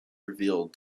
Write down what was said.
revealed